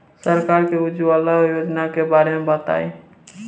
सरकार के उज्जवला योजना के बारे में बताईं?